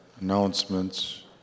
announcements